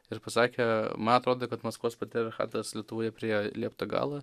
ir pasakė man atrodo kad maskvos patriarchatas lietuvoje priėjo liepto galą